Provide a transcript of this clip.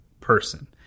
person